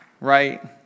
right